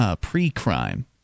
pre-crime